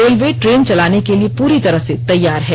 railway train चलाने के लिए पूरी तरह से तैयार है